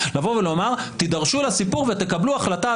לבוא ולומר תידרשו לסיפור ותקבלו החלטה,